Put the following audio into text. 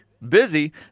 Busy